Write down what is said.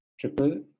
triple